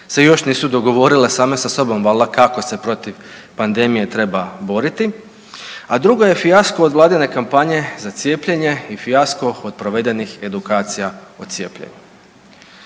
se još nisu dogovorile same sa sobom valda kako se protiv pandemije treba boriti, a drugo je fijasko od vladine kampanje za cijepljenje i fijasko od provedenih edukacija o cijepljenju.